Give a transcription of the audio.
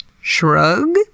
Shrug